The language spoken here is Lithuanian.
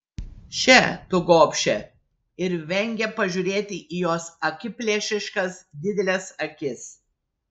še tu gobše ir vengė pažiūrėti į jos akiplėšiškas dideles akis